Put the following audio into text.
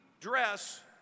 dress